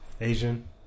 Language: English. Asian